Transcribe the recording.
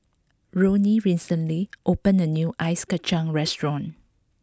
Roni recently opened a new Ice Kachang Restaurant